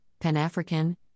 Pan-African